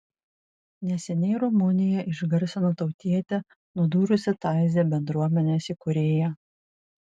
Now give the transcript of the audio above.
neseniai rumuniją išgarsino tautietė nudūrusi taizė bendruomenės įkūrėją